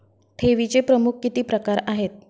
ठेवीचे प्रमुख किती प्रकार आहेत?